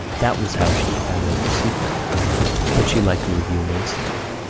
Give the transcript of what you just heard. that was how she had found out the secret but she liked the review immensely.